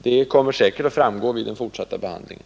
Det kommer säkert att framgå vid den fortsatta behandlingen.